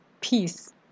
peace